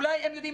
אולי הם יודעים.